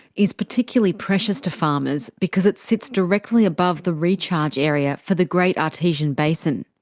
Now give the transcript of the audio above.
is particularly precious to farmers because it sits directly above the recharge area for the great artesian basin.